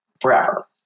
forever